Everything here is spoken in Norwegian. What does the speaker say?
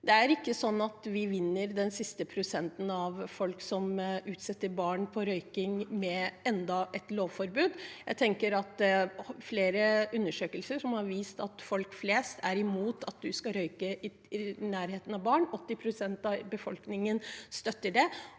Det er ikke sånn at vi vinner de siste prosentene av folk som utsetter barn for røyking, med enda et lovforbud. Jeg tenker at når flere undersøkelser har vist at folk flest er mot at man skal røyke i nærheten av barn – 80 pst. av befolkningen støtter det